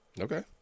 Okay